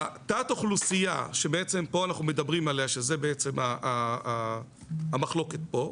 תת האוכלוסייה שאנחנו מדברים עליה פה שזה בעצם המחלוקת פה,